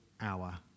hour